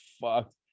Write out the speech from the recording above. fucked